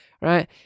right